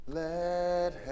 let